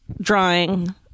drawing